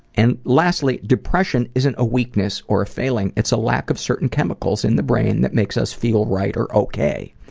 and lastly depression isn't a weakness or a failing, it's a lack of certain chemicals in the brain that makes us feel right or ok.